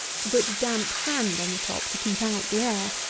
to put damp sand on the top to keep out the air.